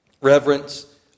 Reverence